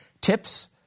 tips